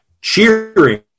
cheering